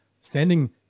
Sending